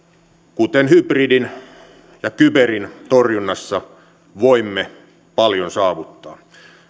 kuten hybridin ja kyberin torjunnassa voimme paljon saavuttaa